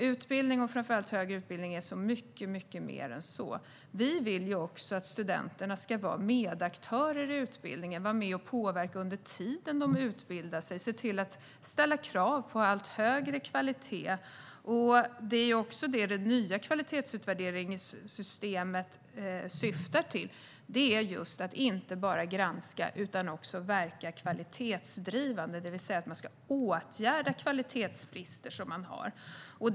Utbildning, och framför allt högre utbildning, är mycket mer än så. Vi vill att studenterna även ska vara medaktörer i utbildningen och att de under utbildningens gång ska vara med och påverka och ställa krav på allt högre kvalitet. Just detta syftar det nya kvalitetsutvärderingssystemet till. Det ska inte bara granska utan också verka kvalitetsdrivande, det vill säga att kvalitetsbrister ska åtgärdas.